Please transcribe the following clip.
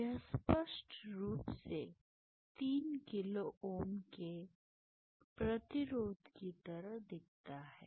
यह स्पष्ट रूप से 3 किलो Ω के प्रतिरोध की तरह दिखता है